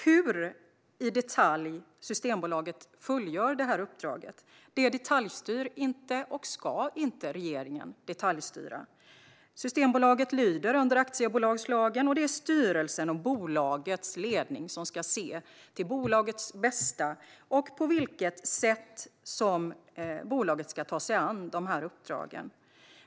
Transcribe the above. Hur Systembolaget fullgör det här uppdraget detaljstyr inte regeringen, och regeringen ska inte detaljstyra det. Systembolaget lyder under aktiebolagslagen, och det är styrelsen och bolagets ledning som ska se till bolagets bästa och på vilket sätt som bolaget ska ta sig an de här uppdragen.